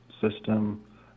system